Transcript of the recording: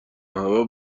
همه